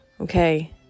Okay